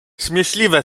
śmieszliwe